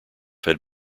had